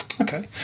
Okay